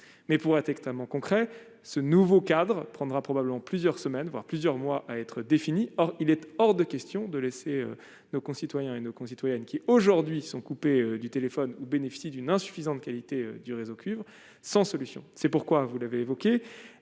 mais pour être extrêmement concret ce nouveau cadre prendra probablement plusieurs semaines voire plusieurs mois à être défini, or il est hors de question de laisser nos concitoyens et nos concitoyens qui aujourd'hui sont coupés du téléphone ou bénéficie d'une insuffisante qualité du réseau cuivre sans solution, c'est pourquoi vous l'avez évoqué